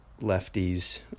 lefties